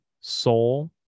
soul